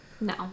No